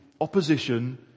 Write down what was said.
opposition